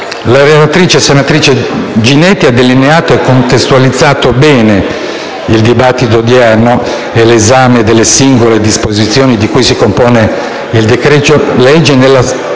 La relatrice, senatrice Ginetti, ha delineato e contestualizzato bene il dibattito odierno e l'esame delle singole disposizioni di cui si compone il decreto-legge nella